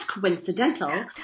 coincidental